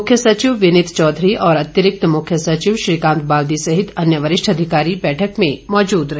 मुख्य सचिव विनीत चौधरी और अतिरिक्त मुख्य सचिव श्रीकांत बाल्दी सहित अन्य वरिष्ठ अधिकारी बैठक में मौजूद रहे